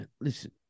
listen